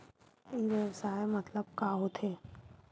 ई व्यवसाय मतलब का होथे?